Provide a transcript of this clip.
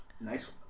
Nice